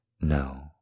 No